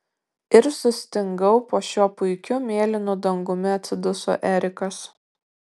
ir sustingau po šiuo puikiu mėlynu dangumi atsiduso erikas